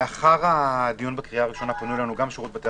לאחר הדיון בקריאה הראשונה פנו אלינו גם משירות בתי